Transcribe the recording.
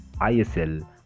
ISL